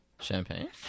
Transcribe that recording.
Champagne